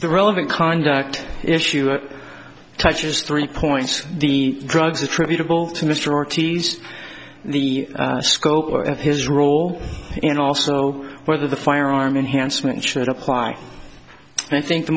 the relevant conduct issue touches three points the drugs attributable to mr ortiz the scope of his role and also whether the firearm enhancement should apply and i think the